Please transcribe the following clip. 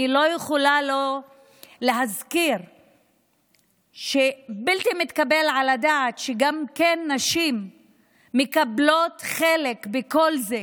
אני לא יכולה שלא להזכיר שבלתי מתקבל על הדעת שנשים מקבלות חלק בכל זה,